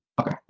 Okay